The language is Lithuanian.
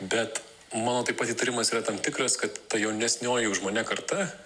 bet mano taip pat įtarimas yra tam tikras kad ta jaunesnioji už mane karta